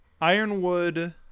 Ironwood